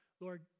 Lord